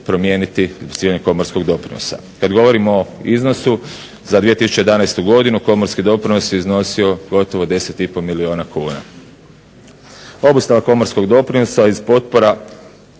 promijeniti skidanjem komorskog doprinosa. Kad govorimo o iznosu za 2011. godinu komorski doprinos je iznosio gotovo 10 i pol milijuna kuna. Obustava komorskog doprinosa iz potpora